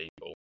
people